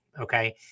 okay